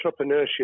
entrepreneurship